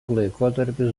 laikotarpis